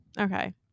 Okay